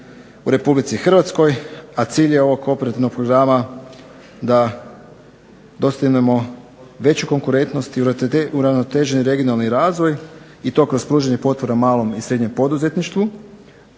u RH. A cilj je ovog operativnog programa da dostignemo veću konkurentnost i uravnotežen regionalni razvoj i to kroz pružanje potpora malom i srednjem poduzetništvu,